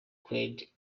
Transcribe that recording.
called